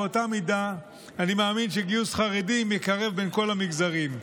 באותה מידה אני מאמין שגיוס חרדים יקרב בין כל המגזרים.